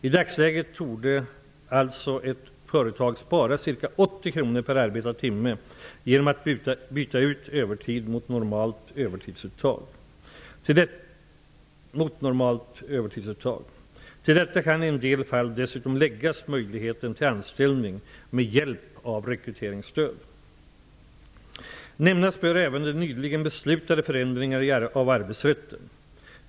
I dagsläget torde alltså ett företag spara ca 80 kr per arbetad timme genom att byta ut övertid mot normalt arbetstidsuttag. Till detta kan i en del fall dessutom läggas möjligheten till anställning med hjälp av rekryteringsstöd. Nämnas bör även de nyligen beslutade förändringarna av arbetsrätten.